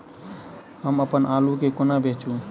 हम अप्पन आलु केँ कोना बेचू?